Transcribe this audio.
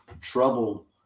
trouble